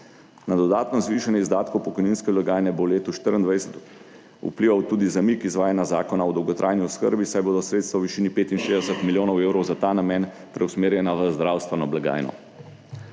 Na dodatno zvišanje izdatkov pokojninske blagajne bo leto 24 vplival tudi zamik izvajanja Zakona o dolgotrajni oskrbi, saj bodo sredstva v višini 65 milijonov evrov za ta namen preusmerjena v zdravstveno blagajno.